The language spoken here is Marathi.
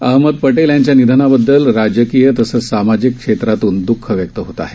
अहमद पटेल यांच्या निधनाबददल राजकीय तसंच सामाजिक क्षेत्रातून द्रख व्यक्त होत आहे